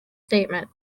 statement